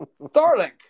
Starlink